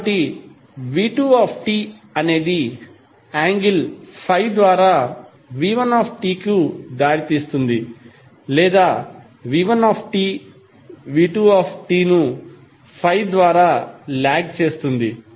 కాబట్టి మనం v2t అనేది యాంగిల్ ∅ ద్వారా v1t కి దారితీస్తుంది లేదా v1t v2tను ∅ ద్వారా లాగ్ చేస్తుంది